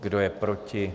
Kdo je proti?